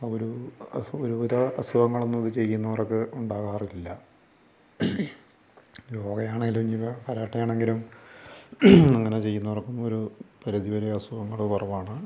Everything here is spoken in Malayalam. ഓരോ അസു ഓരോ അസുഖങ്ങളൊന്നും ചെയ്യുന്നവർക്ക് ഉണ്ടാകാറില്ല യോഗയാണെങ്കിലും ഇനിയിപ്പം കരാട്ടെയാണെങ്കിലും അങ്ങനെ ചെയ്യുന്നവർക്ക് ഒരു പരിധി വരെ അസുഖങ്ങൾ കുറവാണ്